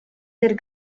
der